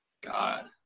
God